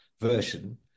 version